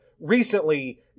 recently